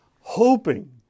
hoping